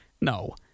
No